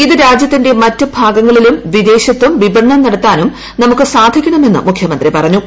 ഇത് രാജ്യത്തിന്റെ മറ്റ് ഭാഗങ്ങളിലും വിദേശത്തും വിപണനം നടത്താനും നമുക്ക് സാധിക്കണമെന്നും മുഖ്യമന്ത്രി പറഞ്ഞു